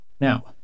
Now